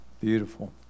Beautiful